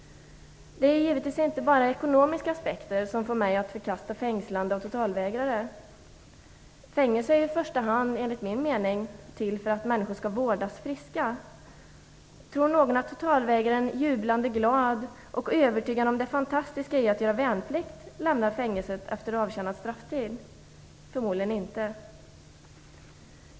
Det är givetvis inte bara ekonomiska aspekter som får mig att förkasta fängslandet av totalvägrare. Enligt min mening är fängelse i första hand till för att människor skall vårdas, så att de blir friska. Tror någon att totalvägraren efter avtjänad strafftid lämnar fängelset jublande glad och övertygad om det fantastiska i att göra värnplikt? Förmodlingen inte.